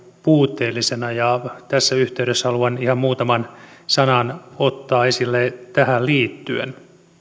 puutteellisena ja tässä yhteydessä haluan ihan muutaman sanan ottaa esille tähän liittyen